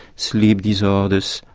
sleep disorders,